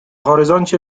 horyzoncie